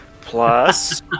Plus